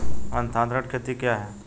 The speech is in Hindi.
स्थानांतरित खेती क्या है?